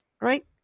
right